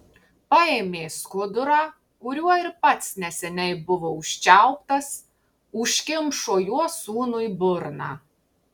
paėmė skudurą kuriuo ir pats neseniai buvo užčiauptas užkimšo juo sūnui burną